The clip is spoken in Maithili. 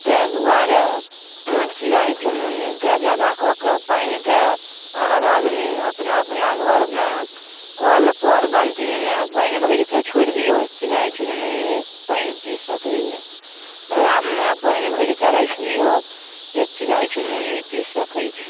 ताहि दुआरे चिड़ै चुनमुन्नीके जादाके कऽ पानिके हर आदमी अपना अपना घरमे कऽल पर बाल्टिनमे पानि भरिकए छोड़ि दिऔ चिड़ै चुनमुन्नी पानि पी सकैए तलाबमे पानि भरिकए राखि दिऔ जे चिड़ै चुनमुन्नी पी सकथि